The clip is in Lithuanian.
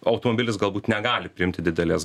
automobilis galbūt negali priimti didelės